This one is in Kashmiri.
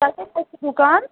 تۄہہِ کَتہِ نس چھو دُکان